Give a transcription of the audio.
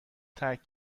ترک